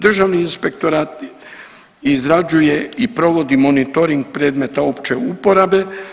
Državni inspektorat izrađuje i provodi monitoring predmeta opće uporabe.